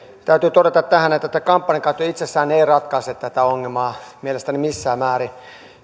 täytyy todeta tähän että tämä kampanjakatto itsessään ei ei ratkaise tätä ongelmaa mielestäni missään määrin